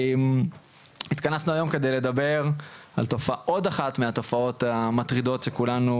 התכנסנו היום כדי לדבר על עוד אחת מהתופעות המטרידות שכולנו